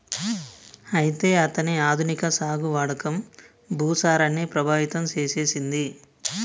అయితే అతని ఆధునిక సాగు వాడకం భూసారాన్ని ప్రభావితం సేసెసింది